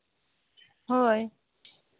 ᱦᱳᱭ